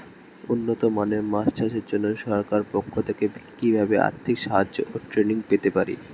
উন্নত মানের মাছ চাষের জন্য সরকার পক্ষ থেকে কিভাবে আর্থিক সাহায্য ও ট্রেনিং পেতে পারি?